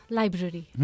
library